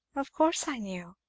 of course i knew.